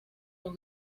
los